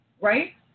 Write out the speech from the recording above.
right